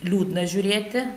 liūdna žiūrėti